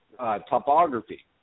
Topography